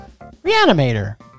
reanimator